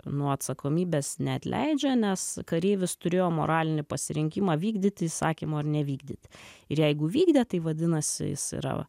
nuo atsakomybės neatleidžia nes kareivis turėjo moralinį pasirinkimą vykdyti įsakymo ar nevykdyti ir jeigu vykdė tai vadinasi jis yra